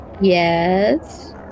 Yes